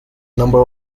number